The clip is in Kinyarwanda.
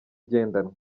igendanwa